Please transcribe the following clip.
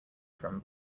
from